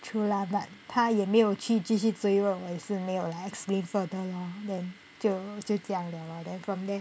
true lah but 她也没有去继续追问我也是没有 explain further lor then 就就这样了咯 then from there